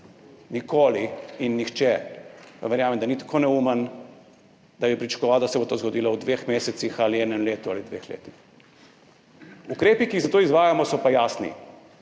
nikoli in nihče, verjamem, ni tako neumen, da bi pričakoval, da se bo to zgodilo v dveh mesecih ali v enem letu ali dveh letih. Ukrepi, ki jih za to izvajamo, so pa jasni: